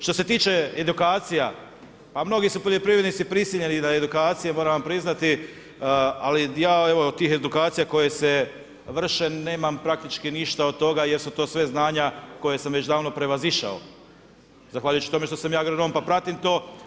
Što se tiče edukacija, pa mnogi su poljoprivrednici prisiljeni na edukaciju, moram vam priznati, ali ja evo, od tih edukacija koje se vrše nemam praktički ništa od toga jer su to sve znanja koja sam već davno prevazišao zahvaljujući tome što sam ja agronom pa pratim to.